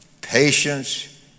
patience